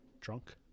Drunk